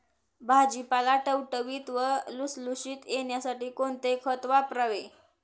भाजीपाला टवटवीत व लुसलुशीत येण्यासाठी कोणते खत वापरावे?